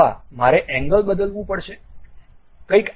અથવા મારે એંગલ બદલવું પડશે